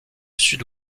sud